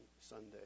Sunday